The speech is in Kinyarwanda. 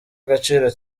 agaciro